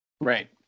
right